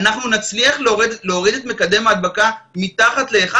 אנחנו נצליח להוריד את מקדם הדבקה מתחת ל-1